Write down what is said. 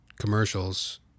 commercials